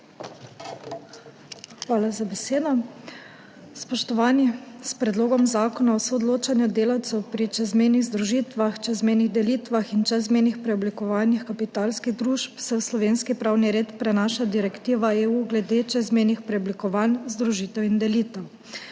Hvala za besedo. Spoštovani! S Predlogom zakona o soodločanju delavcev pri čezmejnih združitvah, čezmejnih delitvah in čezmejnih preoblikovanjih kapitalskih družb se v slovenski pravni red prenaša direktiva EU glede čezmejnih preoblikovanj združitev in delitev.